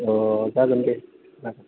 अ जागोन दे